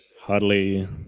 hardly